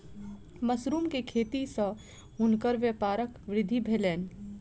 mushroom के खेती सॅ हुनकर व्यापारक वृद्धि भेलैन